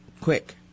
quick